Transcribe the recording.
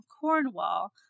Cornwall